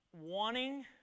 wanting